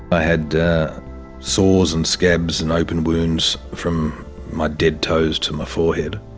i had sores and scabs and open wounds from my dead toes to my forehead,